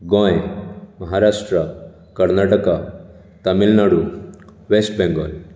Goa Maharashtra Karnataka Tamil Nadu west Bengal